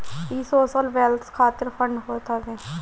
इ social wealth खातिर fund होत हवे